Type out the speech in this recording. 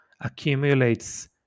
accumulates